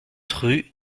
rue